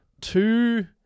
two